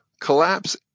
collapse